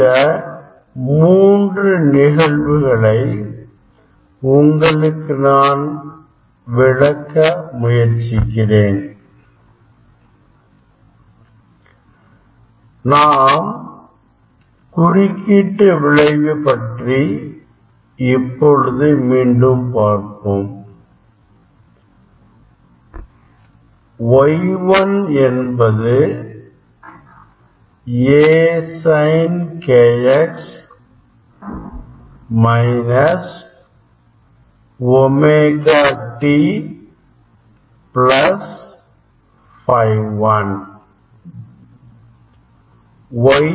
இந்த மூன்று நிகழ்வுகளை உங்களுக்கு நான் விளக்க முயற்சிக்கிறேன் நாம் குறுக்கீட்டு விளைவு பற்றி இப்பொழுது மீண்டும் பார்ப்போம் Y1 என்பது A Sin kx minus omega t plus Φ 1